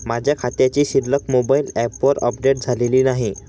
माझ्या खात्याची शिल्लक मोबाइल ॲपवर अपडेट झालेली नाही